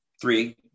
three